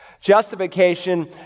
Justification